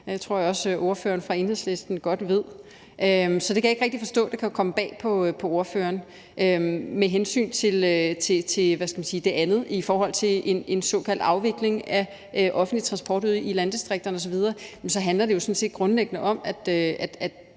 det tror jeg også at ordføreren for Enhedslisten godt ved. Så det kan jeg ikke rigtig forstå kan komme bag på ordføreren. Med hensyn til det andet med en såkaldt afvikling af offentlig transport ude i landdistrikterne osv. handler det jo sådan set grundlæggende om, at